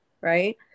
right